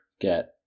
get